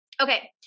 Okay